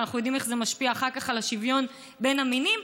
אנחנו יודעים איך זה משפיע אחר כך על השוויון בין המינים,